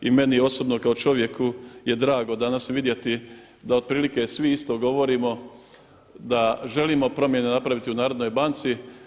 I meni osobno kao čovjeku je drago danas vidjeti da otprilike svi isto govorimo, da želimo promjene napraviti u Narodnoj banci.